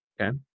Okay